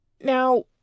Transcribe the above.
Now